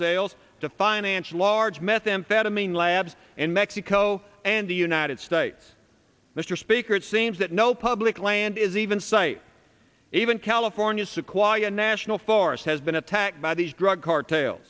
sales the financial large methamphetamine labs in mexico and the united states mr speaker it seems that no public land is even cite even california sequoia national forest has been attacked by these drug cartel